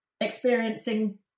experiencing